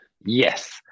yes